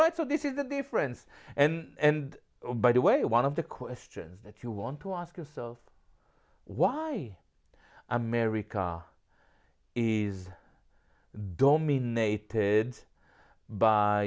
right so this is the difference and by the way one of the questions that you want to ask yourself why america is dominee teds by